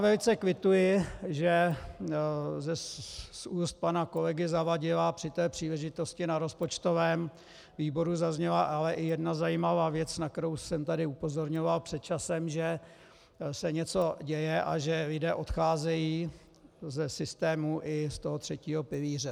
Velice kvituji, že z úst pana kolegy Zavadila při té příležitosti na rozpočtovém výboru zazněla ale i jedna zajímavá věc, na kterou jsem tady upozorňoval před časem, že se něco děje a že lidé odcházejí ze systému i z toho třetího pilíře.